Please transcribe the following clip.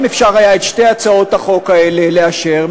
אם אפשר היה את שתי הצעות החוק האלה לאשר,